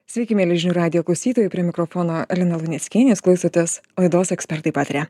sveiki mieli žinių radijo klausytojai prie mikrofono lina luneckienė jūs klausotės laidos ekspertai pataria